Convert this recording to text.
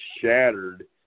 shattered